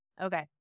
Okay